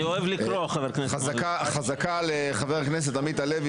אני אוהב לקרוא, חבר הכנסת מלול.